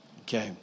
Okay